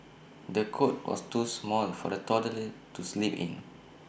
the cot was too small for the toddler to sleep in